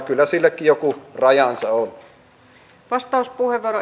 kyllä sillekin joku rajansa on